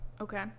Okay